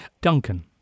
Duncan